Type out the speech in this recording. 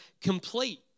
complete